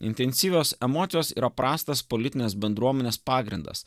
intensyvios emocijos yra prastas politinės bendruomenės pagrindas